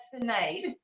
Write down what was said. tonight